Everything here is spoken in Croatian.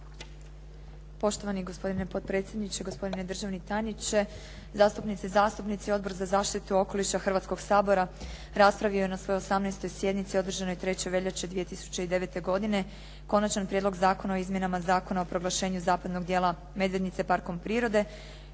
Poštovani gospodine potpredsjedniče, gospodine državni tajniče, zastupnici i zastupnice. Odbor za zaštitu okoliša Hrvatskog sabora raspravio je na svojoj 18. sjednici održanoj 4. veljače 2009. godine Konačni prijedlog Zakona o izmjenama Zakona o proglašenju zapadnog dijela Medvednice parkom prirode